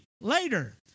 later